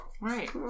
Right